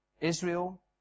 Israel